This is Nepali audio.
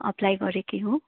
एप्लाई गरेकी हुँ